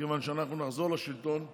מכיוון שאנחנו נחזור לשלטון ונשנה,